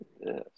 Yes